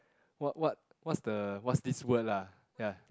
what what what's the what's this word lah ya